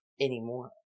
Anymore